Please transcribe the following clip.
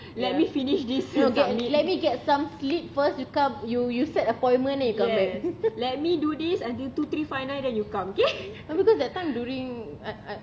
ya let me let me get some sleep first you come you you set appointment and you come back no because that time during I I